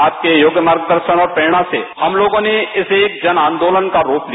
आपके योग्य मार्ग दर्शन और प्रेरणा से हम लोगों ने इसे एक जन आन्दोलन का रूप दिया